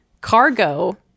cargo